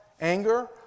Anger